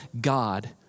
God